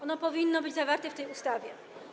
Ono powinno być zawarte w tej ustawie.